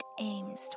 aims